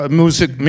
music